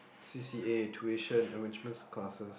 C_C_A tuition enrichment classes